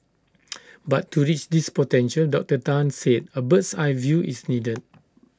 but to reach this potential Doctor Tan said A bird's eye view is needed